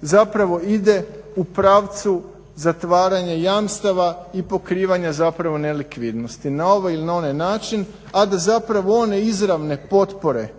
zapravo ide u pravcu zatvaranja jamstava i pokrivanja zapravo nelikvidnosti na ovaj ili onaj način, a da zapravo one izravne potpore,